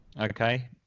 Okay